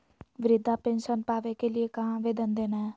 वृद्धा पेंसन पावे के लिए कहा आवेदन देना है?